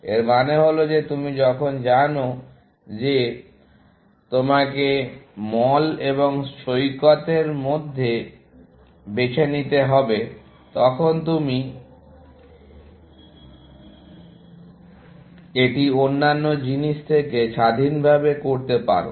এর মানে হল যে তুমি যখন জানো যে তোমাকে মল এবং সৈকতের মধ্যে বেছে নিতে হবে তখন তুমি এটি অন্যান্য জিনিস থেকে স্বাধীনভাবে করতে পারো